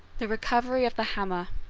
the recovery of the hammer